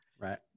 Right